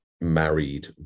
married